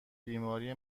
بیماری